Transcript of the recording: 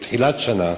בתחילת השנה,